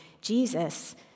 Jesus